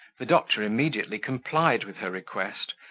the doctor immediately complied with her request,